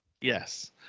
Yes